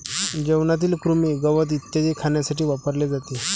जेवणातील कृमी, गवत इत्यादी खाण्यासाठी वापरले जाते